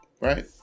right